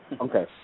Okay